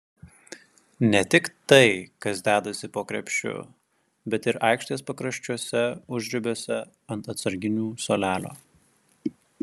ne tik tai kas dedasi po krepšiu bet ir aikštės pakraščiuose užribiuose ant atsarginių suolelio